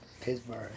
Pittsburgh